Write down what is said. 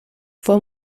fue